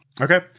Okay